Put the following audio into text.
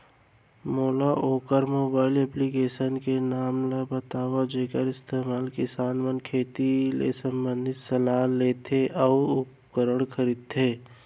मोला वोकर mobile application के नाम ल बतावव जेखर इस्तेमाल किसान मन खेती ले संबंधित सलाह लेथे अऊ उपकरण खरीदथे?